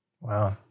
Wow